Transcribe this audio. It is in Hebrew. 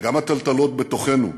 וגם הטלטלות בתוכנו,